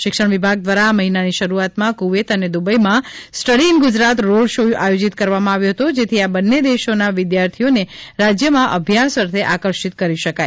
શિક્ષણ વિભાગ દ્વારા આ મહિનાની શરૂઆતમાં કુવૈત અને દુબઇમાં study in Gujarat road show આયોજિત કરવામાં આવ્યો હતો જેથી આ બંને દેશોના વિદ્યાર્થીઓને રાજ્યમાં અભ્યાસ અર્થે આકર્ષિત કરી શકાય